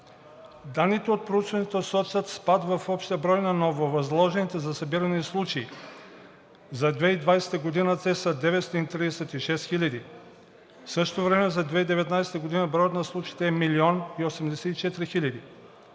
Данните от проучването сочат спад в общия брой на нововъзложените за събиране случаи. За 2020 г. те са 936 хиляди, в същото време за 2019 г. броят на случаите е 1 млн. 84 хиляди.